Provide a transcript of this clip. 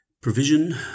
provision